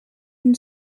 une